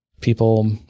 people